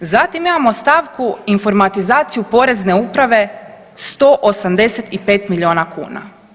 Zatim imamo stavku informatizaciju Porezne uprave 185 milijuna kuna.